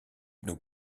une